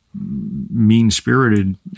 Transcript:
mean-spirited